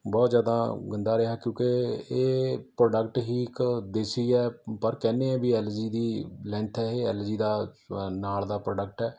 ਬਹੁਤ ਜ਼ਿਆਦਾ ਗੰਦਾ ਰਿਹਾ ਕਿਉਂਕਿ ਇਹ ਪ੍ਰੋਡਕਟ ਹੀ ਇੱਕ ਦੇਸੀ ਹੈ ਪਰ ਕਹਿੰਦੇ ਆ ਵੀ ਐੱਲ ਜੀ ਦੀ ਲੈਂਥ ਹੈ ਇਹ ਐੱਲ ਜੀ ਦਾ ਨਾਲ ਦਾ ਪ੍ਰੋਡਕਟ ਹੈ